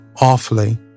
awfully